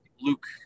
Luke